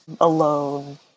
alone